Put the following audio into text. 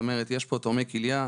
זאת אומרת: יש פה תורמי כליה.